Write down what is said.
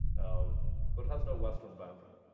um but it has no western boundary.